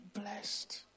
blessed